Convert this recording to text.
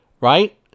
right